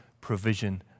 provision